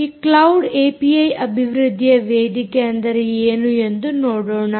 ಈ cloud API ಅಭಿವೃದ್ದಿಯ ವೇದಿಕೆ ಅಂದರೆ ಏನು ಎಂದು ನೋಡೋಣ